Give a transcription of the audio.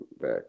back